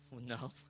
No